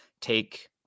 take